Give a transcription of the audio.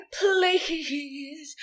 please